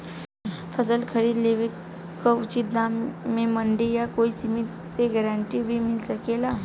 फसल खरीद लेवे क उचित दाम में मंडी या कोई समिति से गारंटी भी मिल सकेला?